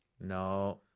No